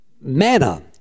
manna